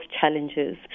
challenges